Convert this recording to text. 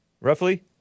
roughly